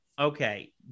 Okay